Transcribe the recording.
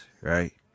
right